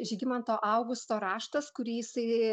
žygimanto augusto raštas kurį jisai